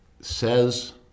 says